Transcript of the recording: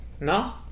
No